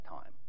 time